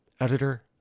editor